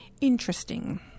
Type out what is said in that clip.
Interesting